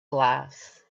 glass